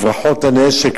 הברחות הנשק,